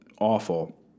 awful